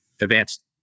advanced